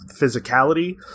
physicality